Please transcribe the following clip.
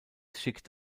schickt